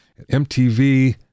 MTV